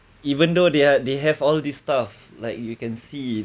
even though they they have all this stuff like you can see